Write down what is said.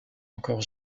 encore